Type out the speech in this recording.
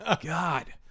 God